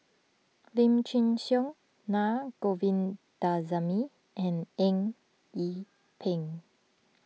Lim Chin Siong Naa Govindasamy and Eng Yee Peng